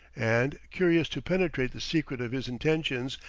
and, curious to penetrate the secret of his intentions,